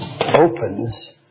opens